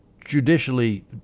judicially